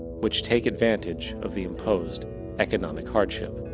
which take advantage of the imposed economic hardship.